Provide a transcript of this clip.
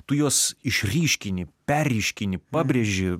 tu juos išryškini perryškini pabrėži